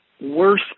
worse